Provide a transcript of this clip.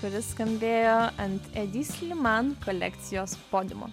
kuris skambėjo ant edi sliman kolekcijos podiumo